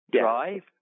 drive